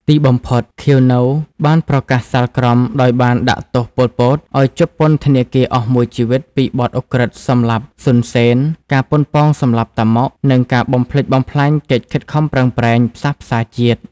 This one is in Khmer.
ទីបំផុត ខៀវ នៅ បានប្រកាសសាលក្រមដោយបានដាក់ទោស ប៉ុល ពត ឱ្យជាប់ពន្ធនាគារអស់មួយជីវិតពីបទឧក្រិដ្ឋសម្លាប់ សុន សេន ការប៉ុនប៉ងសម្លាប់តាម៉ុក និងការបំផ្លិចបំផ្លាញកិច្ចខិតខំប្រឹងប្រែងផ្សះផ្សាជាតិ។